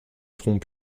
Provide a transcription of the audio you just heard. front